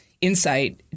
insight